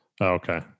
Okay